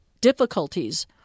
difficulties